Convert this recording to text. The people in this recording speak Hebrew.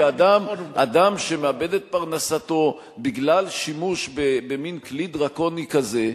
כי אדם שמאבד את פרנסתו בגלל שימוש במין כלי דרקוני כזה,